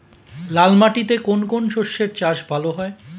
লাল মাটিতে কোন কোন শস্যের চাষ ভালো হয়?